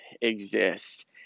exist